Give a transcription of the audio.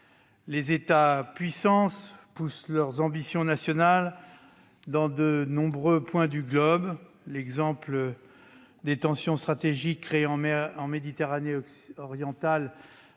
Les États puissances poussent leurs ambitions nationales dans de nombreux points du globe ; l'exemple des tensions stratégiques causées en Méditerranée orientale